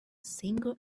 single